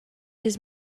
his